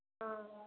हँ